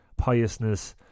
piousness